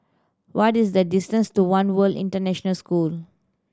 what is the distance to One World International School